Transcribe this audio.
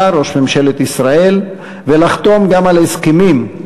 ראש ממשלת ישראל ולחתום על הסכמים,